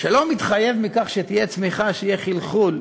שמכך שתהיה צמיחה לא מתחייב שיהיה חלחול.